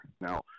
Now